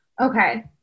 Okay